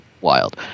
wild